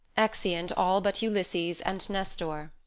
exeunt all but ulysses and nestor